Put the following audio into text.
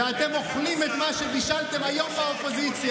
ואתם אוכלים את מה שבישלתם היום באופוזיציה.